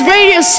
Radio